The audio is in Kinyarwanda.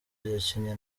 yakinye